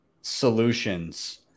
solutions